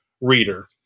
reader